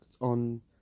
on